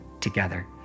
together